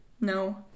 No